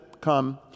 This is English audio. come